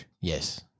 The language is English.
Yes